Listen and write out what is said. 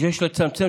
לתקופה